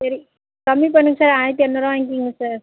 சரி கம்மி பண்ணுங்கள் சார் ஆயிரத்தி இரநூறுவா வாங்கிக்கோங்க சார்